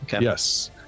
Yes